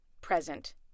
present